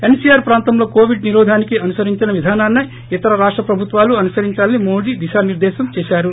NCR ప్రాంతంలో Covid నిరోధానికి అనుసరించిన విధానాస్పే ఇతర రాష్ట ప్రభుత్వాలూ అనుసరించాలని మోది దిశానిర్దేశం చేశారు